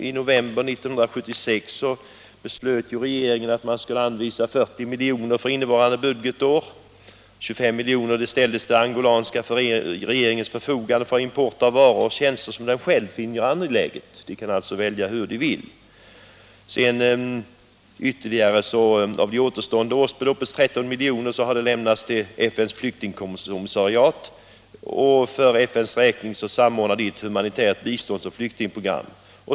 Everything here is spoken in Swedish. I november 1976 beslöt regeringen att anvisa 40 milj.kr. för innevarande budgetår. 25 miljoner ställdes till den angolanska regeringens förfogande för import av varor och tjänster som den själv finner angelägna. Den kan alltså välja hur den vill. De återstående 13 miljonerna av årsbeloppet har gått till FN:s flyktingkommissariat, och för FN:s räkning samordnas ett humanitärt bistånds och flyktingprogram.